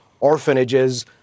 orphanages